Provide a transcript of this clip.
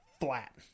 flat